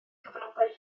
cyfnodau